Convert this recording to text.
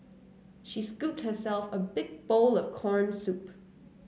she scooped herself a big bowl of corn soup